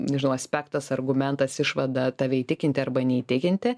nežinau aspektas argumentas išvada tave įtikinti arba neįtikinti